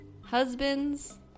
husbands